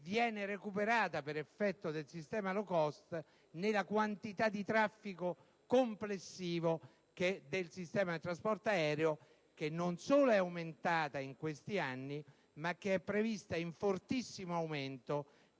viene recuperata, per effetto del sistema *low cost,* nella quantità di traffico complessivo del trasporto aereo, che non solo è aumentata in questi anni, ma che è prevista in fortissimo aumento